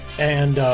and